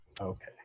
Okay